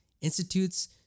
institutes